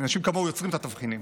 אנשים כמוהו יוצרים את התבחינים.